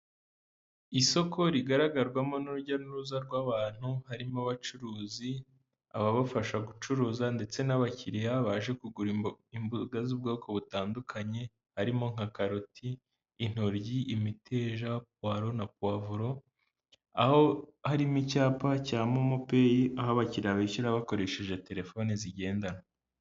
Isoko rigaragarwamo n'urujya n'uruza rw'abantu, harimo; abacuruzi, ababafasha gucuruza ndetse n'abakiriya baje kugura imboga z'ubwoko butandukanye, harimo: nka karoti, intoryi, imiteja, puwaro na puwavuro; aho harimo icyapa cya momopeyi, aho abakiriya bishyura bakoresheje terefoni zigendanwa.